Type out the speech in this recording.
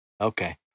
Okay